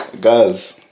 Guys